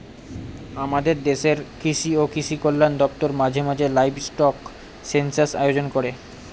আমাদের দেশের কৃষি ও কৃষি কল্যাণ দপ্তর মাঝে মাঝে লাইভস্টক সেনসাস আয়োজন করে